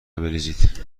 بریزید